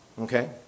Okay